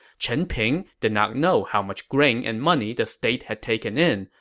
chen ping did not know how much grain and money the state had taken in,